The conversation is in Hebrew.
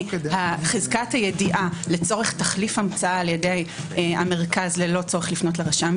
מחזקת הידיעה לצורך תחליף המצאה על ידי המרכז ללא צורך לפנות לרשם,